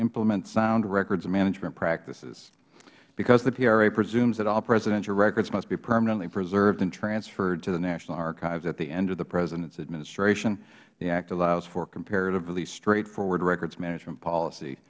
implement sound records management practices because the pra presumes that all presidential records must be permanently preserved and transferred to the national archives at the end of the president's administration the act allows for comparatively straightforward records management policy